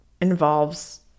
involves